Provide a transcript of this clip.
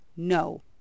no